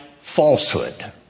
falsehood